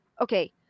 okay